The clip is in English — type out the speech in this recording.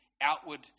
outward